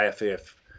IFF